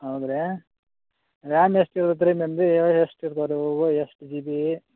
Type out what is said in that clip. ಹೌದಾ ರೀ ರ್ಯಾಮ್ ಎಷ್ಟು ಇರುತ್ತೆ ರೀ ಮೆಮ್ರಿ ಎಷ್ಟು ಇರ್ತದೆ ಇವು ಎಷ್ಟು ಜಿ ಬಿ